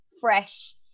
fresh